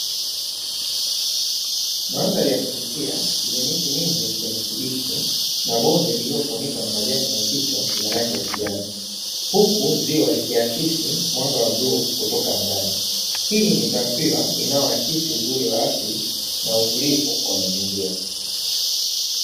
Mandhari ya kuvuyia yenye miti minhi ya kijani kibichi na bonde lililofunikwa na majani mazito ya rangi ya kijani, huku ziwa likiaksi mwanga wa bluu kutoka angani, hii ni taswira inayoakisi uzuri wa asili na utulivu wa mazingira.